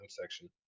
section